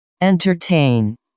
entertain